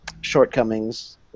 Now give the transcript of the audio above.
shortcomings